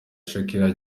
shakira